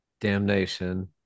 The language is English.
Damnation